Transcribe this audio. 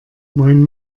moin